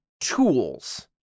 tools